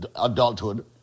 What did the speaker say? adulthood